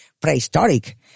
prehistoric